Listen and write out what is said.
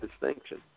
distinction